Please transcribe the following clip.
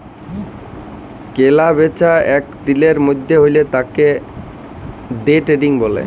কেলা বেচা এক দিলের মধ্যে হ্যলে সেতাকে দে ট্রেডিং ব্যলে